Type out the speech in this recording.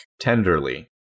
tenderly